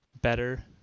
better